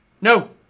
No